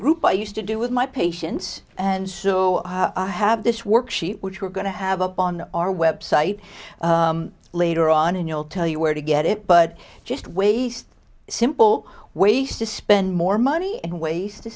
group i used to do with my patients and so i have this worksheet which we're going to have up on our website later on and you'll tell you where to get it but just ways simple ways to spend more money and ways to